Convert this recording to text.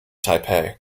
taipei